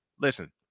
Listen